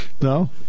No